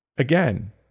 Again